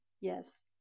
yes